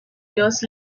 years